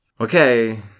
okay